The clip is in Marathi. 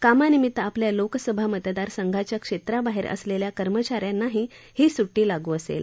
कामानिमित्त आपल्या लोकसभा मतदार संघाच्या क्षेत्राबाहेर असलेल्या कर्मचाऱ्यांनाही ही सुट्टी लागू असेल